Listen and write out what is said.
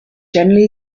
generally